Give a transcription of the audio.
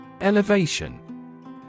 Elevation